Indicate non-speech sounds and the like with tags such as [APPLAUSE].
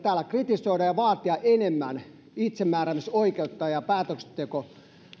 [UNINTELLIGIBLE] täällä kritisoida ja vaatia enemmän itsemääräämisoikeutta ja päätöksenteko